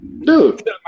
Dude